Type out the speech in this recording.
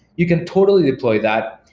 you can totally deploy that,